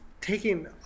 taking